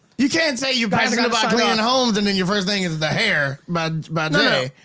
you can't say you guys are cleaning kind of ah but ah and homes and then your first thing is the hair but by jai.